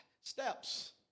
Steps